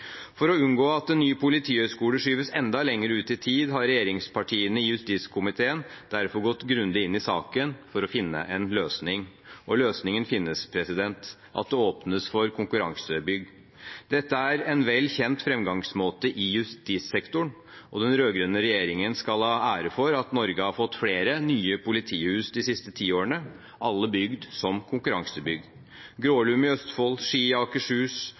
For å unngå at en ny politihøgskole skyves enda lenger ut i tid, har regjeringspartiene i justiskomiteen derfor gått grundig inn i saken for å finne en løsning. Og løsningen finnes: at det åpnes for konkurransebygg. Dette er en vel kjent framgangsmåte i justissektoren, og den rød-grønne regjeringen skal ha ære for at Norge har fått flere nye politihus de siste ti årene, alle bygd som konkurransebygg. Grålum i Østfold, Ski i Akershus,